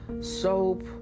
soap